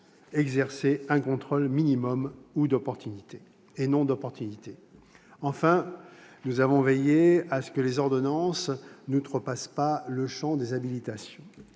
exercer un contrôle minimum, et non d'opportunité. Enfin, nous avons veillé à ce que les ordonnances n'outrepassent pas le champ des habilitations.